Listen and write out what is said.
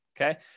Okay